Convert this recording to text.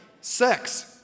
Sex